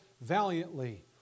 valiantly